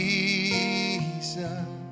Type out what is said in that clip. Jesus